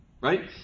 right